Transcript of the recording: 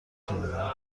شنیدم